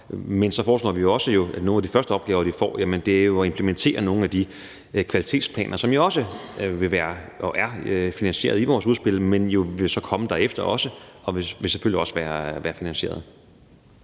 men så foreslår vi jo også, at nogle af de første opgaver, de får, er at implementere nogle af de kvalitetsplaner, som også vil være og er finansieret i vores udspil, men de vil også komme derefter og vil selvfølgelig også være finansieret.